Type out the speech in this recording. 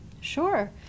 Sure